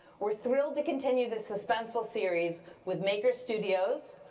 we're thrilled to continue the suspenseful series with maker studios,